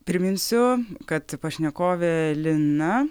priminsiu kad pašnekovė lina